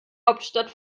hauptstadt